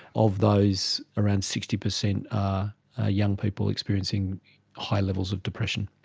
of those around sixty percent are ah young people experiencing high levels of depression.